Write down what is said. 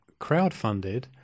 crowdfunded